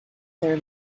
their